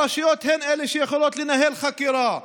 הרשויות הן שיכולות לנהל חקירה,